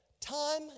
time